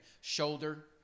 shoulder